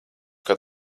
kad